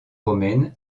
romaine